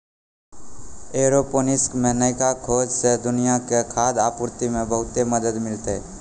aeroponics मे नयका खोजो से दुनिया के खाद्य आपूर्ति मे बहुते मदत मिलतै